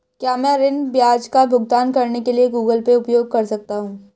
क्या मैं ऋण ब्याज का भुगतान करने के लिए गूगल पे उपयोग कर सकता हूं?